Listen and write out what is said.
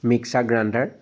mixer grinder